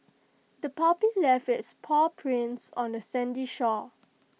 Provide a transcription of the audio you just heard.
the puppy left its paw prints on the sandy shore